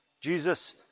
Jesus